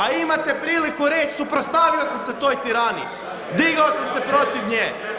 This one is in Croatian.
A imate priliku reći suprotstavio sam se toj tiraniji, digao sam se protiv nje.